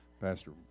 Pastor